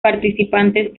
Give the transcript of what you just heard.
participantes